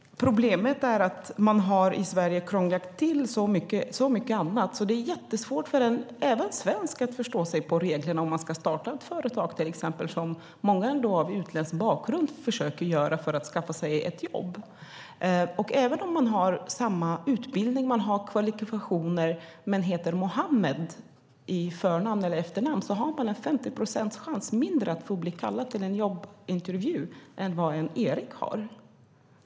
Problemet är att man har krånglat till det så i Sverige att det är svårt även för en svensk att förstå sig på reglerna om man ska starta ett företag till exempel, vilket många med utländsk bakgrund försöker för att skaffa sig ett jobb. Även om man har både den utbildning och de kvalifikationer som krävs men heter Muhammed i förnamn eller efternamn har man 50 procents mindre chans att bli kallad till en jobbintervju än vad en Erik har.